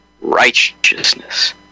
righteousness